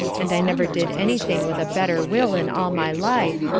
and i never did any thing with a better will in all my life,